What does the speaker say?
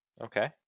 Okay